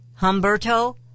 Humberto